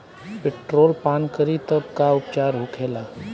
Petrol पान करी तब का उपचार होखेला?